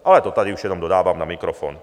Ale to tady už jenom dodávám na mikrofon.